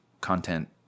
content